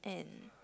and